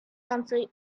answer